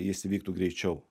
jis vyktų greičiau